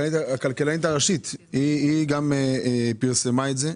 הכלכלנית הראשית פרסמה את זה.